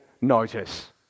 notice